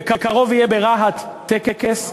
בקרוב יהיה ברהט טקס,